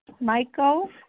Michael